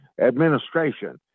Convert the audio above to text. administration